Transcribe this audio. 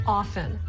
often